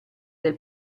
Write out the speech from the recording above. del